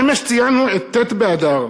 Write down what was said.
אמש ציינו את ט' באדר.